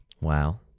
Wow